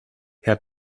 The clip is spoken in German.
herr